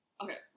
Okay